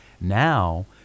now